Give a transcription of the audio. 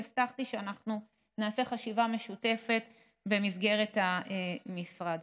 והבטחתי שאנחנו נעשה חשיבה משותפת במסגרת המשרד.